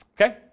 Okay